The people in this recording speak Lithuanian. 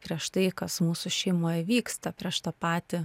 prieš tai kas mūsų šeimoj vyksta prieš tą patį